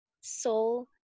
soul